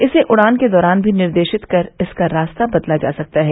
इसे उढ़ान के दौरान भी निर्देशित कर इसका रास्ता बदला जा सकता है